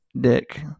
dick